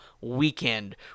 weekend